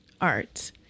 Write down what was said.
art